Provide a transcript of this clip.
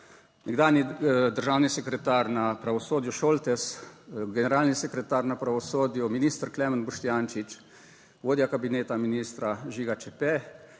nekdanji državni sekretar na pravosodju Šoltes, generalni sekretar na pravosodju minister Klemen Boštjančič, vodja kabineta ministra Žiga Čepe.